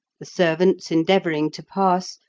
the servants endeavouring to pass,